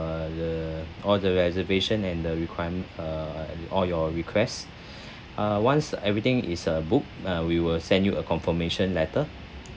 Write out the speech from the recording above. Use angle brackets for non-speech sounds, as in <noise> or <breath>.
uh the all the reservation and the requirem~ err all your requests <breath> uh once everything is uh booked uh we will send you a confirmation letter